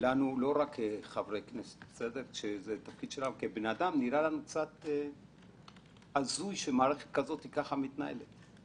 שלנו לא רק כחברי כנסת אלא כבני אדם נראה הזוי שמערכת כזאת ככה מתנהלת.